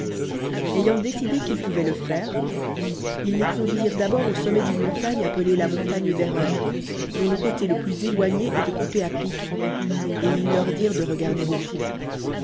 ayant décidé qu'ils pouvoient le faire ils les conduisirent d'abord au sommet d'une montagne appelée la niontae fide d'erreur dont le côté le plus éloigné étoit coupé à pic et ils lenr dirent de regarder au fond